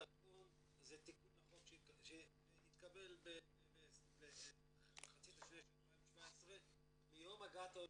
דרכון זה תיקון לחוק שהתקבל במחצית השנייה של 2017. מיום הגעת העולה.